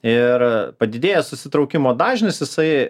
ir padidėjęs susitraukimo dažnis jisai